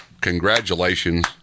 Congratulations